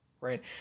right